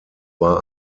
war